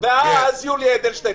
מה ההבדל?